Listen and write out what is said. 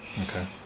Okay